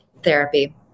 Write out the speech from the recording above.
Therapy